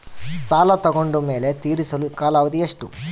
ಸಾಲ ತಗೊಂಡು ಮೇಲೆ ತೇರಿಸಲು ಕಾಲಾವಧಿ ಎಷ್ಟು?